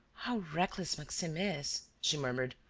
how reckless maxime is! she murmured.